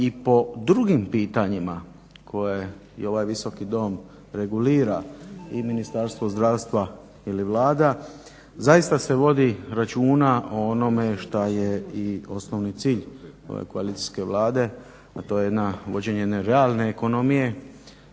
i po drugim pitanjima koje ovaj Visoki dom regulira i Ministarstvo zdravstva ili Vlada zaista se vodi računa o onome što je i osnovni cilj koalicijske Vlade, a to je vođenje jedne realne ekonomije,